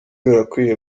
birakwiye